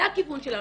זה הכיוון שלנו.